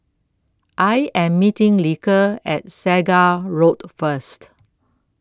I Am meeting Lige At Segar Road First